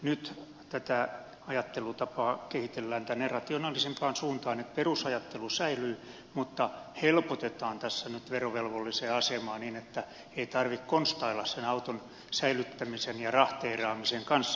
nyt tätä ajattelutapaa kehitellään rationaalisempaan suuntaan että perusajattelu säilyy mutta helpotetaan verovelvollisen asemaa niin että ei tarvitse konstailla auton säilyttämisen ja rahteeraamisen kanssa